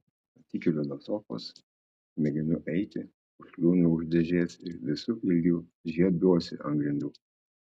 atsikeliu nuo sofos mėginu eiti užkliūnu už dėžės ir visu ilgiu žiebiuosi ant grindų